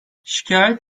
şikayet